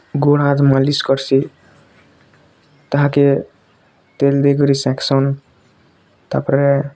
ଗୋଡ଼ ହାତ୍ ମାଲିସ୍ କର୍ସି ତାହାକେ ତେଲ୍ ଦେଇକରି ସେକ୍ସନ୍ ତା'ପରେ